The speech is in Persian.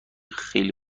خیلی